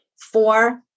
Four